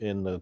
in the